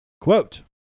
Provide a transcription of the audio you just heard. Quote